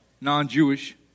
non-Jewish